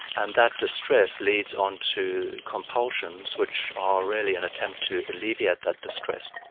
and that distress leads onto compulsions which are really an attempt to alleviate that distress.